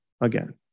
again